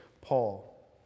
Paul